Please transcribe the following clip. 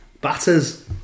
Batters